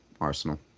Arsenal